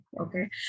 Okay